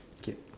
K